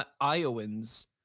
Iowans